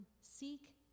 seek